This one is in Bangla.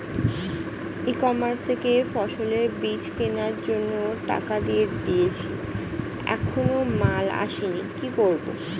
ই কমার্স থেকে ফসলের বীজ কেনার জন্য টাকা দিয়ে দিয়েছি এখনো মাল আসেনি কি করব?